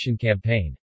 campaign